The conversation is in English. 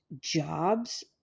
jobs